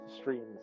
streams